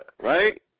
Right